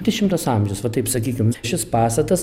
dešimtas amžius va taip sakykim šis pastatas